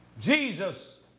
Jesus